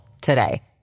today